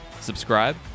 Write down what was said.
Subscribe